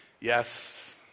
yes